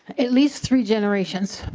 at least three generations.